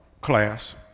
class